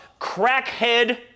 crackhead